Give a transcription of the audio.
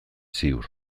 ziur